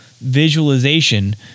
visualization